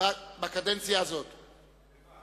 עסקה בעניין רכישת שירותי רפואה